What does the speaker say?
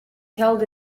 held